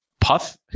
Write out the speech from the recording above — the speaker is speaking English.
puff